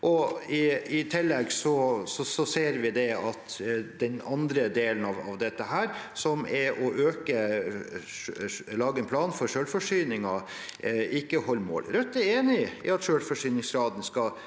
I tillegg ser vi at den andre delen av dette, som er å lage en plan for selvforsyningen, ikke holder mål. Rødt er enig i at selvforsyningsgraden skal